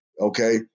okay